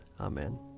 Amen. ¶